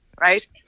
Right